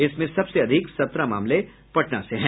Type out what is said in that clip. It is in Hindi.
इसमें सबसे अधिक सत्रह मामले पटना से हैं